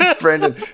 Brandon